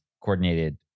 coordinated